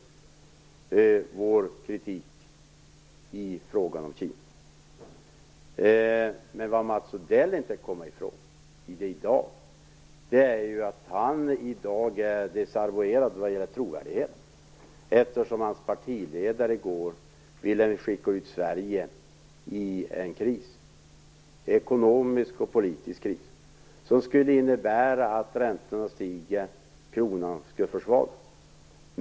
Det har gällt vår kritik i frågan om Kina. Vad Mats Odell inte kommer ifrån är att han i dag är desavouerad vad gäller trovärdigheten eftersom hans partiledare i går ville skicka ut Sverige i en ekonomisk och politisk kris som skulle innebära att räntorna stiger och kronan försvagas.